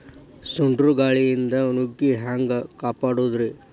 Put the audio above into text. ಸುಂಟರ್ ಗಾಳಿಯಿಂದ ನುಗ್ಗಿ ಹ್ಯಾಂಗ ಕಾಪಡೊದ್ರೇ?